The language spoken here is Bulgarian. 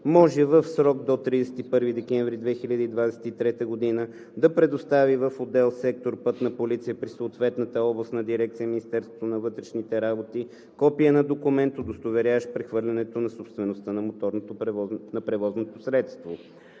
може в срок до 31 декември 2023 г. да предостави в отдел/сектор „Пътна полиция“ при съответната Областна дирекция на Министерството на вътрешните работи копие на документ, удостоверяващ прехвърлянето на собствеността на превозното средство.